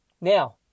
Now